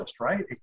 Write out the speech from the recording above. right